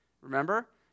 remember